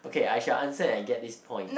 okay I shall answer and get this point